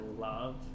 love